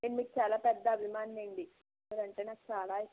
నేను మీకు చాలా పెద్ద అభిమానిని అండి మీరంటే నాకు చాలా ఇష్టం